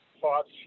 thoughts